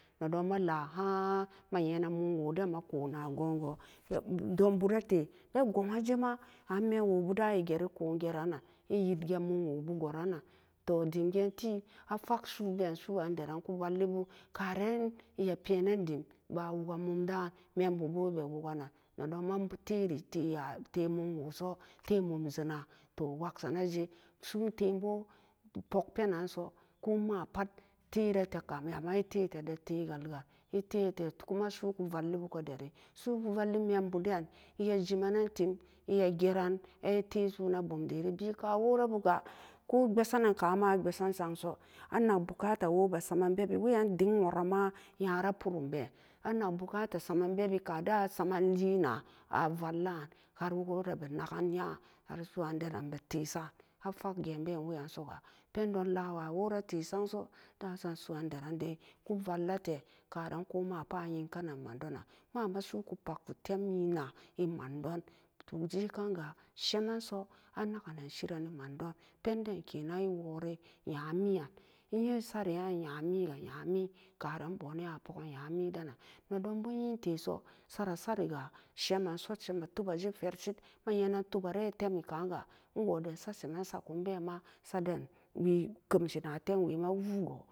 Nedoma la'a ha'an ma nyenan mumwo denmo ko'on-nago'on-go dumbu rate ego'anjema on memwobu da'an egeri ko'on geran eyiege munwo bugwaran-nan to timge enti afag su'u be'en su'an deran ku vallibu karan iya penan dim bawugan mum da'an membu ba bewuga-nan nedon membu-teri te'a temumwoso temumsena to wagsonajje so'on teen bo pogpenaso koma pat teratekam ammoaete-te da tegal-gan ete kuma su'ku vallibu ka deri su'uku vallimembaden iya simanan tim iya geran an'eta so'on a bumderi bika worabuga ko besanan ka'anma a besan sangso anak bukata woo be saman bebbi weyan ding nworan-ma yara puramben anak bugata saman bebbi kada'an saman lien-na avala'an harwora benagan nya har'su'an deran be tesa'an afag geenbeen weyan soga peddon lawa worate sangso da'asam su'an deran dai ku vallate karan kemaapat a'nyekanan mandonan mama su'uku pagku tem na'a e-mandon tog jekanga shemanso anagganan shirani mandon pendon kenan iwori nya milan nye sari'an nyami ga nyami karan boni apopon nyami denan nedonbo nyeteso sara-sari ga shemanso shema-tebajo tet shit ma nyenan tebare temi ka'anga nwoden sa shema sakunbega saden wii keshina temwema woogo.